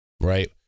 right